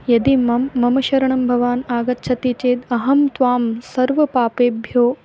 यदि मम मम शरणं भवान् आगच्छति चेत् अहं त्वां सर्वपापेभ्यो